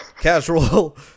casual